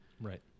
Right